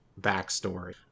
backstory